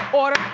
order,